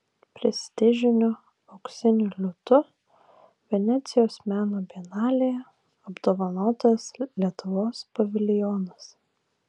prestižiniu auksiniu liūtu venecijos meno bienalėje apdovanotas lietuvos paviljonas